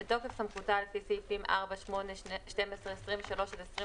בתוקף סמכותה לפי סעיפים 4,8,12,23 עד 25